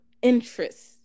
interest